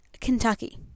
Kentucky